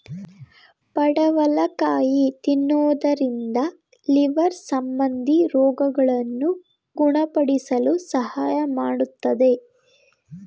ಪಡವಲಕಾಯಿ ತಿನ್ನುವುದರಿಂದ ಲಿವರ್ ಸಂಬಂಧಿ ರೋಗಗಳನ್ನು ಗುಣಪಡಿಸಲು ಸಹಾಯ ಮಾಡತ್ತದೆ